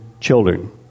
children